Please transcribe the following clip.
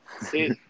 See